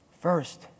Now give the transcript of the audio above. first